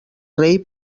rei